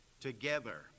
Together